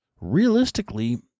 realistically